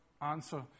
answer